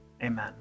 amen